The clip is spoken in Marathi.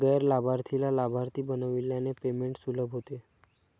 गैर लाभार्थीला लाभार्थी बनविल्याने पेमेंट सुलभ होते